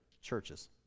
churches